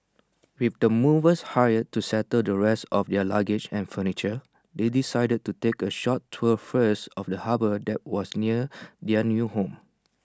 with the movers hired to settle the rest of their luggage and furniture they decided to take A short tour first of the harbour that was near their new home